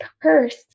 purse